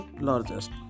largest